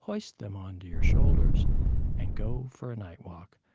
hoist them onto your shoulders and go for a night walk.